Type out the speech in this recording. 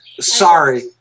Sorry